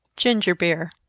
ginger beer.